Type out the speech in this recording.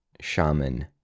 shaman